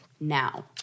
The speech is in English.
Now